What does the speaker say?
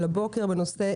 על סדר היום: